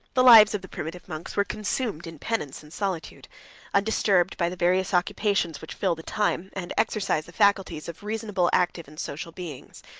the lives of the primitive monks were consumed in penance and solitude undisturbed by the various occupations which fill the time, and exercise the faculties, of reasonable, active, and social beings.